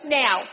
now